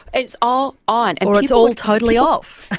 and it's all on. and or it's all totally off.